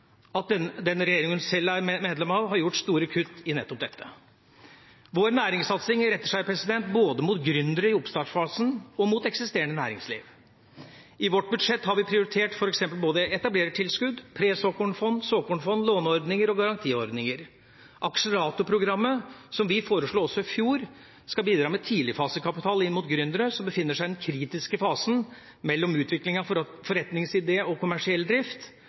at den regjeringen hun sjøl er medlem av, har gjort store kutt i nettopp dette. Vår næringssatsing retter seg både mot gründere i oppstartfasen og mot eksisterende næringsliv. I vårt budsjett har vi prioritert f. eks. både etablerertilskudd, pre-såkornfond, såkornfond, låneordninger og garantiordninger. Akseleratorprogrammet som vi foreslo også i fjor, skal bidra med tidligfasekapital inn mot gründere som befinner seg i den kritiske fasen mellom utvikling av forretningsidé og kommersiell drift